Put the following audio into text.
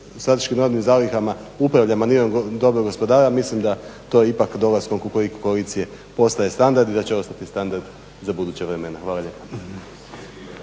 strateškim robnim zalihama upravlja manirom dobrog gospodara, mislim da to ipak dolaskom Kukuriku koalicije postaje standard i da će ostati standard za buduća vremena. Hvala lijepa.